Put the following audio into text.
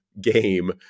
game